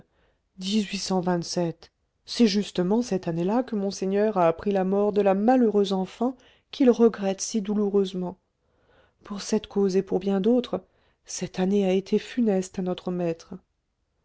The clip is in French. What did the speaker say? c'est justement cette année-là que monseigneur a appris la mort de la malheureuse enfant qu'il regrette si douloureusement pour cette cause et pour bien d'autres cette année a été funeste à notre maître